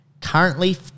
currently